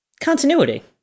continuity